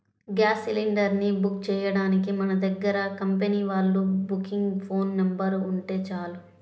gas cylinder ని book చెయ్యడానికి మన దగ్గర కంపెనీ వాళ్ళ బుకింగ్ ఫోన్ నెంబర్ ఉంటే చాలు